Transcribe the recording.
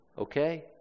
Okay